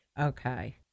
Okay